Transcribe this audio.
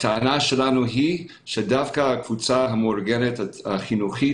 הטענה שלנו היא שדווקא הקבוצה המאורגנת החינוכית